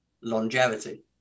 longevity